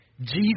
Jesus